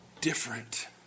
different